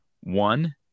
One